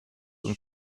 und